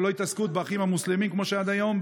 ולא רק התעסקות באחים המוסלמים כמו שהיה עד היום,